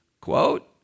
Quote